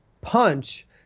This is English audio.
punch